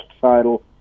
title